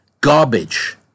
garbage